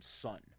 son